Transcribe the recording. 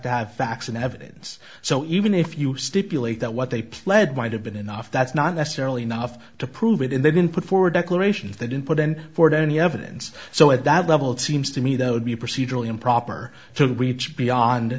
to have facts and evidence so even if you stipulate that what they pled might have been enough that's not necessarily enough to prove it and they didn't put forward declarations that input then for any evidence so at that level it seems to me that would be procedurally improper to reach beyond